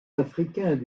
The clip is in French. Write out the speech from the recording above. africains